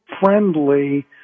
friendly